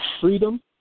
freedom